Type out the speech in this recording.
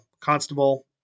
constable